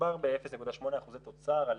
מדובר ב-0.8 אחוזי תוצר על